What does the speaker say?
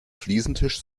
fliesentisch